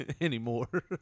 Anymore